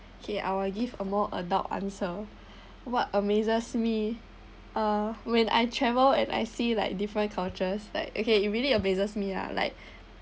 okay I'll give a more adult answer what amazes me uh when I travel and I see like different cultures like okay it really amazes me ah like